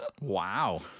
Wow